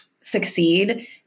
succeed